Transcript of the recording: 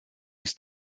ist